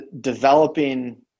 developing